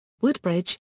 Woodbridge